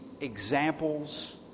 examples